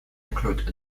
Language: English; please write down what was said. include